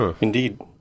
Indeed